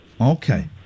Okay